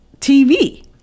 TV